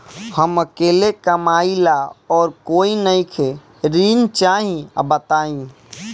हम अकेले कमाई ला और कोई नइखे ऋण चाही बताई?